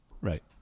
Right